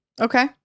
Okay